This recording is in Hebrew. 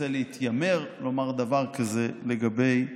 רוצה להתיימר לומר דבר כזה לגבי